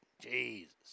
Jesus